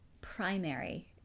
primary